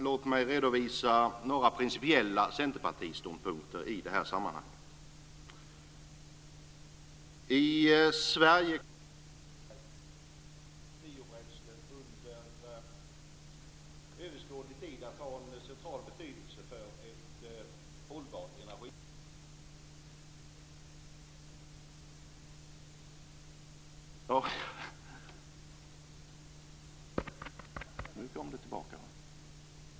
Låt mig redovisa några principiella centerpartiståndpunkter i det här sammanhanget.